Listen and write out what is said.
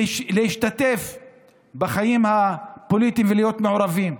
להשתתף בחיים הפוליטיים ולהיות מעורבים.